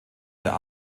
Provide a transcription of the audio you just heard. der